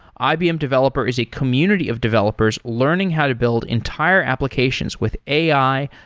ibm developer is a community of developers learning how to build entire applications with ai,